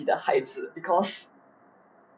你要有自己的孩子 because